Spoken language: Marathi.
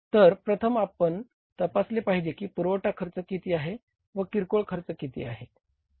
तर प्रथम आपण तपासले पाहिजे की पुरवठा खर्च किती आहे व किरकोळ खर्च किती आहे